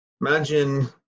imagine